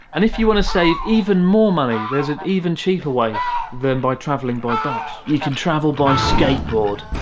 and if you want to save even more money there's an even cheaper way than by traveling by bus. you can travel by. skateboard